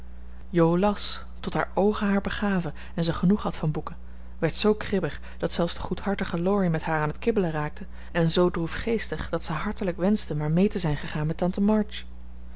las tot haar oogen haar begaven en ze genoeg had van boeken werd zoo kribbig dat zelfs de goedhartige laurie met haar aan het kibbelen raakte en zoo droefgeestig dat ze hartelijk wenschte maar mee te zijn gegaan met tante march